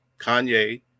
Kanye